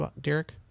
Derek